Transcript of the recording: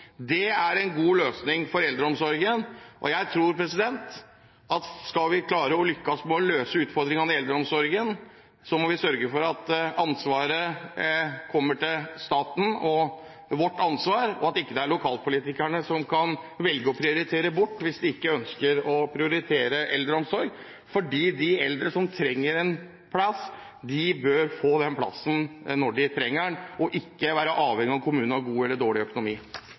Det er en god løsning for eldreomsorgen. Jeg tror at skal vi klare å lykkes med å løse utfordringene i eldreomsorgen, må vi sørge for at ansvaret blir lagt til staten, at det er vårt ansvar, og at ikke lokalpolitikerne kan velge å nedprioritere hvis de ikke ønsker å prioritere eldreomsorg, for de eldre som trenger en plass, bør få den plassen når de trenger den, og ikke være avhengige av om kommunen har god eller dårlig økonomi.